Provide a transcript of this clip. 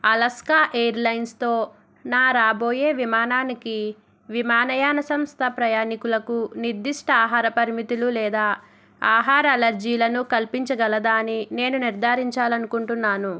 Alaska ఎయిర్లైన్స్తో నా రాబోయే విమానానికి విమానయాన సంస్థ ప్రయాణీకులకు నిర్దిష్ట ఆహార పరిమితులు లేదా ఆహార అలెర్జీలను కల్పించగలదా అని నేను నిర్ధారించాలనుకుంటున్నాను